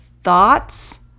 thoughts